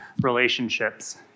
relationships